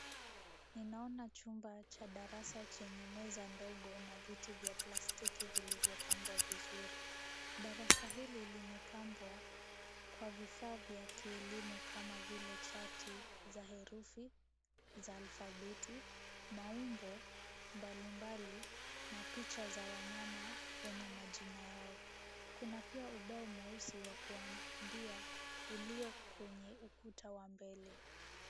Ninaona chumba cha darasa chenye meza ndogo na viti vya plastiki vilivyopangwa vizuri. Darasa hili limepambwa kwa vifaa vya kielimu kama vile chati za herufi za alfabeti, maumbo mbalimbali na picha za wanyama wenye majina yao. Kuna pia ubao mweusi wa kuandikia uliyo kwenye ukuta wa mbele.